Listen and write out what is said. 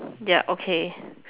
ya okay